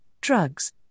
drugs